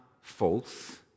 false